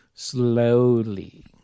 slowly